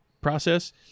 process